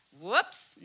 Whoops